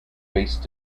face